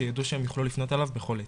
שהם יכולים לפנות אליו בכל עת.